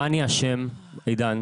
מה אני אשם, עידן?